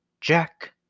Jack